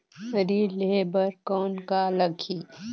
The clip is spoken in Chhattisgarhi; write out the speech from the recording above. ऋण लेहे बर कौन का लगही?